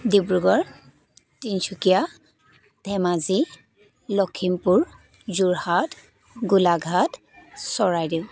Dibrugarh Tinsukia Dhemaji Lakhimpur Jorhat Golaghat Charaideo